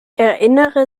erinnere